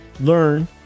learn